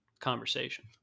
conversation